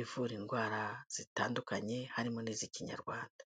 ivura indwara zitandukanye, harimo n'iz'Ikinyarwanda